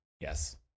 Yes